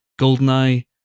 GoldenEye